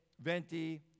venti